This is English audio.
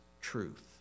truth